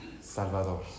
Salvador